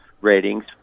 ratings